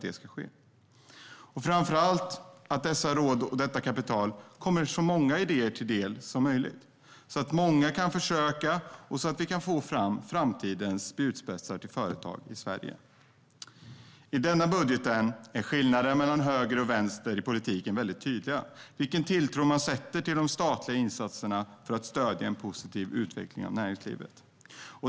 Framför allt ska dessa råd och detta kapital frambringa så många idéer som möjligt så att många kan försöka starta företag och så att vi kan få fram framtidens spjutspetsföretag i Sverige. I denna budget är skillnaden mellan höger och vänster i politiken mycket tydlig, det vill säga vilken tilltro man sätter till de statliga insatserna för att stödja en positiv utveckling av näringslivet.